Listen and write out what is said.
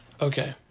Okay